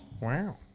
wow